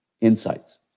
insights